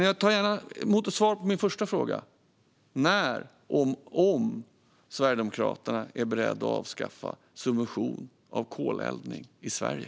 Jag tar gärna emot ett svar på min första fråga, nämligen när och om Sverigedemokraterna är beredda att avskaffa subvention av koleldning i Sverige.